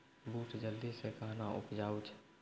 बूट जल्दी से कहना उपजाऊ छ?